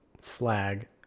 flag